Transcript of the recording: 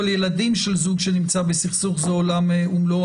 ילדים של זוג שנמצא בסכסוך זה עולם ומלואו,